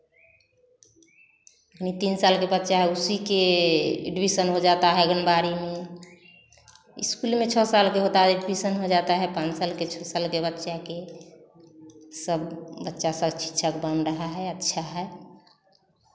अब तीन साल का बच्चा है उसी के एडमिशन हो जाता है आंगनबाड़ी में स्कूल में छः साल का होता है एडमिशन हो जाता है पाँच साल के छः साल के बच्चे के सब बच्चा शिक्षक बन रहा है अच्छा है